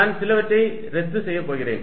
நான் சிலவற்றை ரத்து செய்யப் போகிறேன்